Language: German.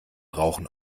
rauchen